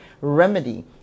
remedy